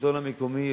השלטון המקומי,